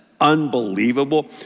unbelievable